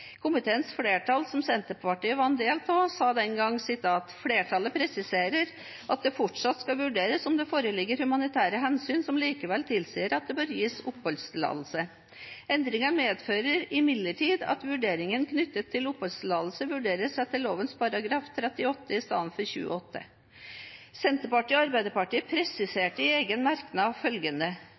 Komiteens flertall, som Senterpartiet var en del av, presiserte den gangen «at det fortsatt skal vurderes om det foreligger humanitære hensyn som likevel tilsier at det bør gis oppholdstillatelse. Endringen medfører imidlertid at vurderingen knyttet til oppholdstillatelse vurderes etter lovens § 38 og ikke lovens § 28.» Senterpartiet og Arbeiderpartiet presiserte i egen merknad følgende: